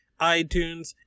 iTunes